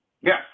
Yes